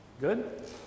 Good